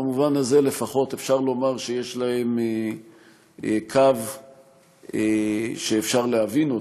במובן הזה לפחות אפשר לומר שיש להם קו שאפשר להבין אותו.